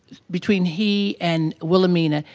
between he and wilhelmina,